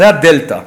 זאת הדלתא.